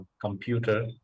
computer